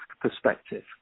perspective